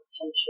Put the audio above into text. attention